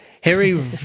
Harry